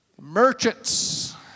Merchants